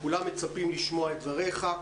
כולם מצפים לשמוע את דבריך.